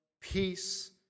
peace